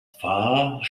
far